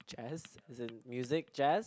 Jazz as in music Jazz